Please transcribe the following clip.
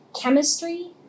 chemistry